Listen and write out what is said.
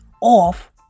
off